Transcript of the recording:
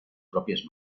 pròpies